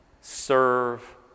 serve